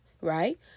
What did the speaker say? right